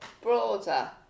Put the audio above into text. broader